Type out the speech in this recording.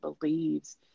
believes